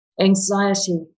Anxiety